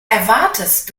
erwartest